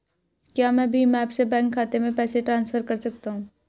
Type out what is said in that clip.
क्या मैं भीम ऐप से बैंक खाते में पैसे ट्रांसफर कर सकता हूँ?